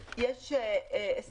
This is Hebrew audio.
יש לה את